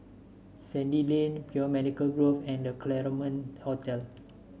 Sandy Lane Biomedical Grove and The Claremont Hotel